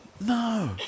No